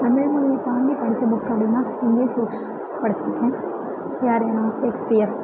தமிழ்மொழியை தாண்டி படிச்ச புக் அப்படின்னா இங்கிலீஸ் புக்ஸ் படிச்சியிருக்கேன் அது யார் எழுதுனதுன்னா ஷேக்ஸ்பியர்